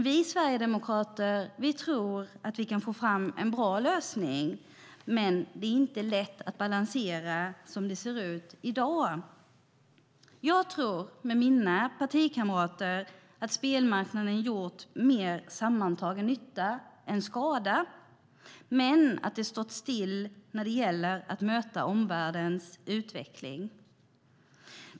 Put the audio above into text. Vi sverigedemokrater tror att det går att få fram en bra lösning, men det är inte lätt att balansera som det ser ut i dag. Jag tror med mina partikamrater att spelmarknaden gjort mer sammantagen nytta än skada men att det har stått still när det gäller att möta omvärldens utveckling.